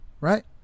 Right